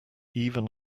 even